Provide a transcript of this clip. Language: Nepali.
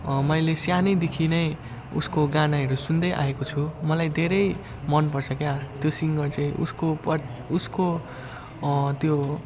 मैले सानैदेखि नै उसको गानाहरू सुन्दै आएको छु मलाई धेरै मनपर्छ क्या त्यो सिङ्गर चाहिँ उसको पट उसको त्यो